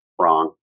wrong